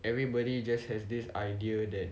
everybody just has this idea that